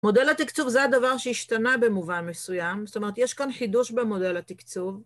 מודל התקצוב זה הדבר שהשתנה במובן מסוים, זאת אומרת, יש כאן חידוש במודל התקצוב.